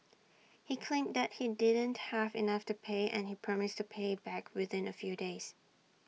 he claimed that he didn't have enough to pay and promised to pay back within A few days